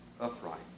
upright